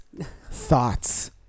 Thoughts